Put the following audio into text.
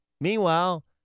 Meanwhile